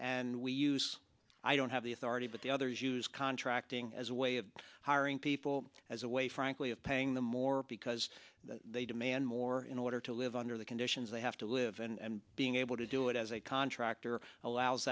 and we use i don't have the authority but the others use contracting as a way of hiring people as a way frankly of paying them more because they demand more in order to live under the conditions they have to live and being able to do it as a contractor allows